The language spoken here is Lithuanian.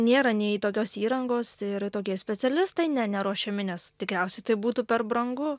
nėra nei tokios įrangos ir tokie specialistai ne neruošiami nes tikriausiai tai būtų per brangu